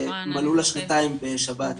מלאו לה שנתיים בשבת.